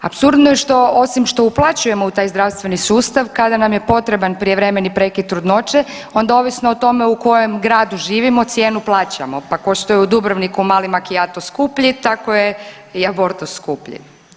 Apsurdno je osim što uplaćujemo u taj zdravstveni sustav kada nam je potreban prijevremeni prekid trudnoće, onda ovisno o tome u kojem gradu živimo cijenu plaćamo, pa kao što je u Dubrovniku mali macchiato skuplji, tako je i abortus skuplji.